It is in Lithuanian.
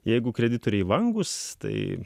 jeigu kreditoriai vangūs tai